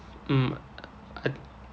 mm